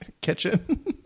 kitchen